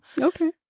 Okay